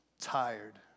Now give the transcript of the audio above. tired